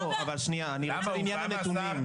אבל שנייה, אני רוצה בעניין הנתונים.